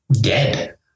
dead